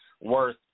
worth